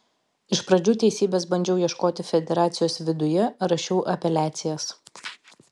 iš pradžių teisybės bandžiau ieškoti federacijos viduje rašiau apeliacijas